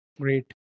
Great